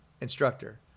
instructor